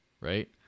Right